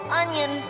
onion